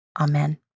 amen